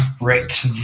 right